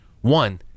One